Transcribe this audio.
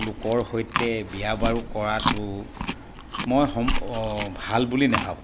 লোকৰ সৈতে বিয়া বাৰু কৰাটো মই ভাল বুলি নাভাবোঁ